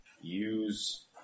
use